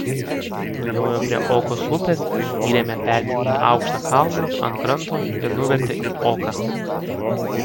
nujojo prie okos upės įrėmė petį į aukštą kalną ant kranto ir nuvertė į oką